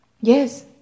Yes